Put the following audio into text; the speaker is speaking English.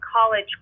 college